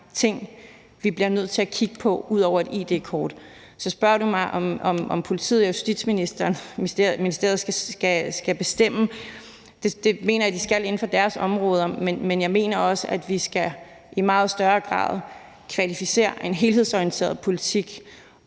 ting, vi bliver nødt til at kigge på ud over et id-kort. Så spørger du mig, om politiet og Justitsministeriet skal bestemme. Det mener jeg at de skal inden for deres områder, men jeg mener også, at vi i meget større grad skal kvalificere en helhedsorienteret politik.